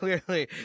Clearly